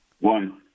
One